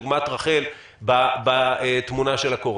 תודה.